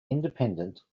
independent